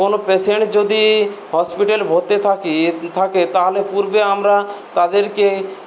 কোনো পেশেন্ট যদি হসপিটাল ভর্তি থাকে থাকে তাহলে পূর্বে আমরা তাদেরকে